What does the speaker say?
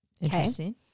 Interesting